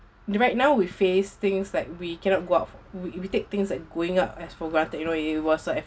right now we face things like we cannot go out we we take things like going out as for granted you know it was like